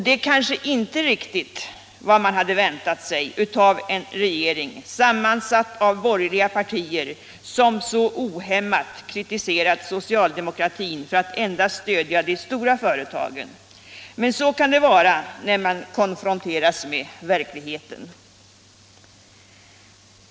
Det kanske inte riktigt är vad man hade väntat sig av en regering sammansatt av borgerliga partier som så ohämmat har kritiserat socialdemokratin för att endast stödja de stora företagen. Men så kan det bli när man konfronteras med verkligheten.